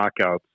knockouts